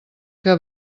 que